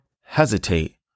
hesitate